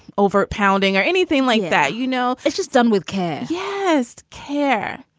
over pounding or anything like that. you know, it's just done with care. yeah best care.